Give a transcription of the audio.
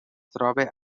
trobe